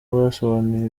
bwasobanuye